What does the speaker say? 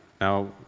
now